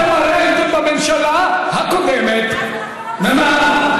אתם הרי הייתם בממשלה הקודמת, ומה?